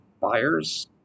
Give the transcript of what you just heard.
buyers